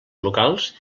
locals